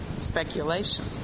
speculation